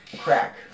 Crack